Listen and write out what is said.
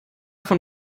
von